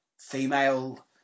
female